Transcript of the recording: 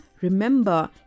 Remember